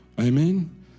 Amen